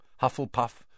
Hufflepuff